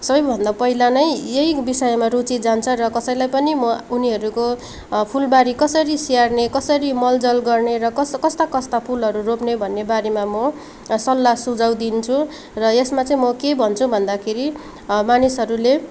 सबैभन्दा पहिला नै यही विषयमा रुचि जान्छ र कसैलाई पनि म उनीहरूको फुलबारी कसरी स्याहार्ने कसरी मलजल गर्ने र कस् कस्ता कस्ता फुलहरू रोप्ने भन्ने बारेमा म सल्लाह सुझाउ दिन्छु र यसमा चाहिँ म के भन्छु भन्दाखेरि मानिसहरूले